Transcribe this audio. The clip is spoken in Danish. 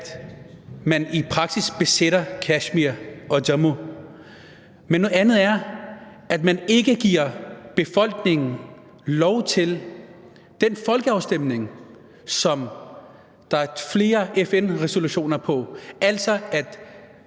at man i praksis besætter Kashmir og Jammu, men noget andet er, at man ikke giver befolkningen lov til den folkeafstemning, som der er flere FN-resolutioner på, altså at